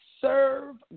serve